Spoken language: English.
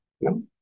no